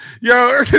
Yo